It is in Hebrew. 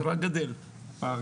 הפער גדל.